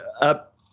up